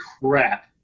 crap